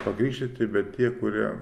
pakrikštyti bet tie kurie